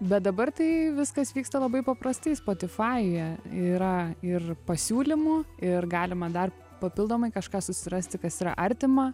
bet dabar tai viskas vyksta labai paprastai spotifajuje yra ir pasiūlymų ir galima dar papildomai kažką susirasti kas yra artima